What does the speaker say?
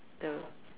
the